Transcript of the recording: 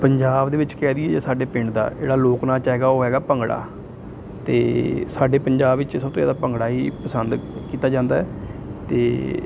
ਪੰਜਾਬ ਦੇ ਵਿੱਚ ਕਹਿ ਦੇਈਏ ਜਾਂ ਸਾਡੇ ਪਿੰਡ ਦਾ ਜਿਹੜਾ ਲੋਕ ਨਾਚ ਹੈਗਾ ਉਹ ਹੈਗਾ ਭੰਗੜਾ ਅਤੇ ਸਾਡੇ ਪੰਜਾਬ ਵਿੱਚ ਸਭ ਤੋਂ ਜ਼ਿਆਦਾ ਭੰਗੜਾ ਹੀ ਪਸੰਦ ਕੀਤਾ ਜਾਂਦਾ ਹੈ ਅਤੇ